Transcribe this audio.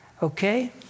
Okay